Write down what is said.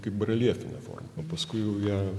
kaip reljefinę formą o paskui jau ją